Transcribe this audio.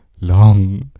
long